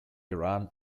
iran